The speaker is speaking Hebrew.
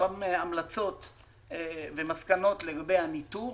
אותן המלצות ומסקנות לגבי הניטור